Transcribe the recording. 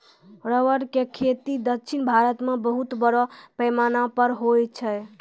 rubber के खेती दक्षिण भारत मॅ बहुत बड़ो पैमाना पर होय छै